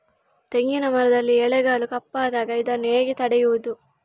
ತೆಂಗಿನ ಮರದಲ್ಲಿ ಎಲೆಗಳು ಕಪ್ಪಾದಾಗ ಇದನ್ನು ಹೇಗೆ ತಡೆಯುವುದು?